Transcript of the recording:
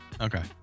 Okay